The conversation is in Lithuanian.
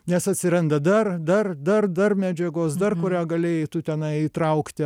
nes atsiranda dar dar dar dar medžiagos dar kurią galėjai tu tenai įtraukti